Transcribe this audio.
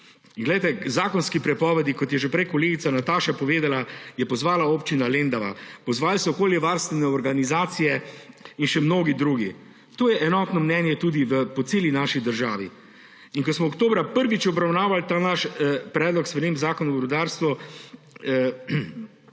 In glejte, k zakonski prepovedi, kot je že prej kolegica Nataša povedala, je pozvala občina Lendava, pozvale so okoljevarstvene organizacije in še mnogi drugi. To je enotno mnenje tudi po celi naši državi. Ko smo oktobra prvič obravnaval ta naš predlog sprememb Zakona o rudarstvu,